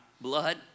blood